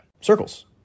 circles